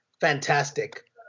Fantastic